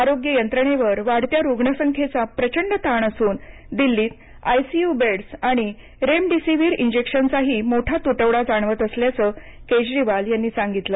आरोग्य यंत्रणेवर वाढत्या रुग्ण संख्येचा प्रचंड ताण असून दिल्लीत आय सी यू बेड्स आणि रेमडेसिवीर इंजक्शनचा ही मोठा तुटवडा जाणवत असल्याचं केजरीवाल म्हणाले